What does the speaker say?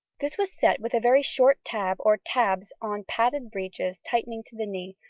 this was set with a very short tab or tabs on padded breeches tightening to the knee,